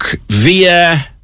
via